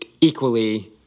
equally